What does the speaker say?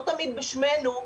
לא תמיד בשמנו,